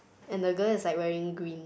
and the girl is like wearing green